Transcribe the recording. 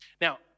Now